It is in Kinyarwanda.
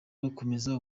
gukomeza